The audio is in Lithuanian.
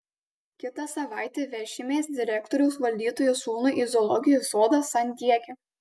kitą savaitę vešimės direktoriaus valdytojo sūnų į zoologijos sodą san diege